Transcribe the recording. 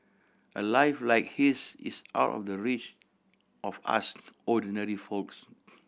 a life like his is out of the reach of us ordinary folks